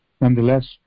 Nonetheless